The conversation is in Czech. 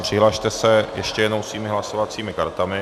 Přihlaste se ještě jednou svými hlasovacími kartami.